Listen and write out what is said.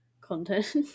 content